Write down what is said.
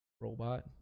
robot